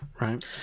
right